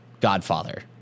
godfather